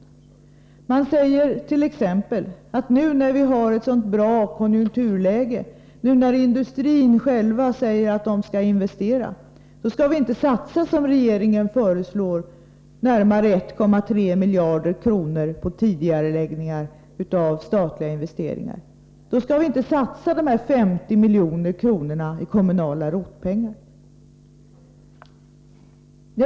Moderaterna säger t.ex. att nu när vi har ett sådant bra konjunkturläge, och nu när industrin själv säger att den skall investera, då skall vi inte satsa närmare 1,3 miljarder kronor på tidigareläggning av statliga investeringar som regeringen föreslår och inte heller satsa 50 milj.kr. i kommunala ROT-pengar.